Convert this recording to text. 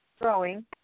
growing